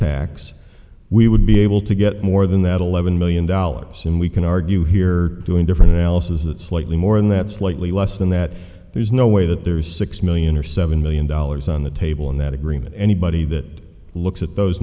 tax we would be able to get more than that eleven million dollars and we can argue here doing different analysis it's slightly more in that slightly less than that there's no way that there's six million or seven million dollars on the table in that agreement anybody that looks at those